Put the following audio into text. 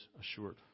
assured